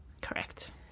Correct